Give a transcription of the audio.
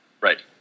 Right